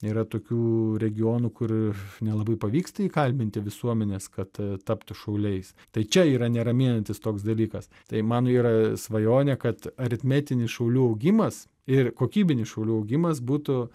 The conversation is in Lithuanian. yra tokių regionų kur nelabai pavyksta įkalbinti visuomenės kad tapti šauliais tai čia yra neraminantis toks dalykas tai mano yra svajonė kad aritmetinis šaulių augimas ir kokybinis šaulių augimas būtų